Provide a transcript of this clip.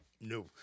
No